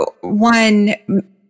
one